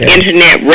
Internet